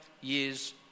years